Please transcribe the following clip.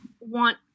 want